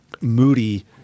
moody